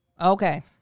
Okay